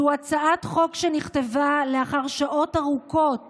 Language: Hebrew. זו הצעת חוק שנכתבה לאחר שעות ארוכות